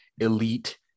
elite